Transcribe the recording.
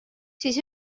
siis